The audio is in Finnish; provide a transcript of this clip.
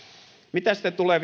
mitä sitten tulee